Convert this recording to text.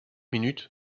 minutes